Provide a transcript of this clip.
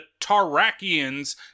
Tarakians